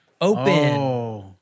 Open